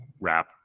rap